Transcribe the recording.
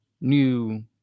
new